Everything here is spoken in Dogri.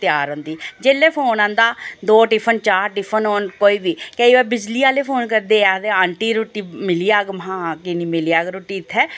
जेल्लै फोन औंदा दो टिफन चार टिफन होन कोई बी केईं बार बिजली आह्ले फोन करदे आखदे आंटी रुट्टी मिली जाह्ग महां हां कि निं मिली जाह्ग रुट्टी इत्थै